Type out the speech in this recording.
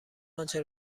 آنچه